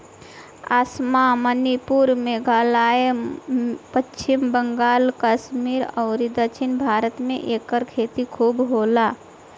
आसाम, मणिपुर, मेघालय, पश्चिम बंगाल, कश्मीर अउरी दक्षिण भारत में एकर खेती खूब होला